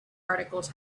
articles